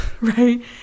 right